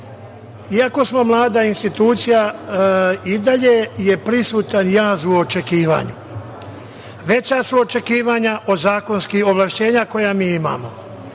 Iako smo mlada institucija i dalje je prisutan jaz u očekivanju. Veća su očekivanja od zakonskih ovlašćenja koja mi imamo. Prema